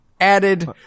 added